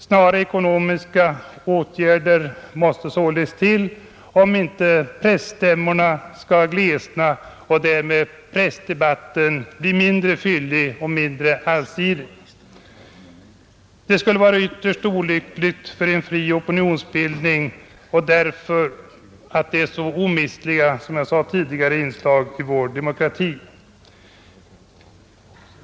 Snara ekonomiska åtgärder måste således till, om inte presstämmorna skall glesna och därmed pressdebatten bli mindre fyllig och mindre allsidig. Det skulle vara ytterst olyckligt för en fri opinionsbildning, eftersom de, som jag sade tidigare, är så omistliga inslag i vår demokrati.